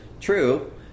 true